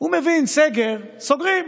הוא מבין: סגר, סוגרים.